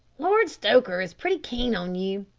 lord stoker is pretty keen on you.